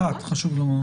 אחת, חשוב לומר.